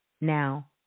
now